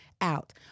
out